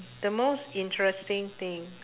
the most interesting thing